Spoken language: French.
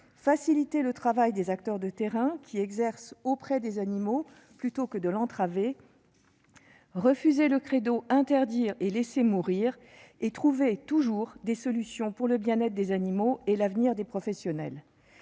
faciliter le travail des acteurs de terrain qui exercent auprès des animaux, plutôt que de l'entraver ; refuser le credo « interdire et laisser mourir » et trouver, toujours, des solutions pour le bien-être des animaux et l'avenir des professionnels.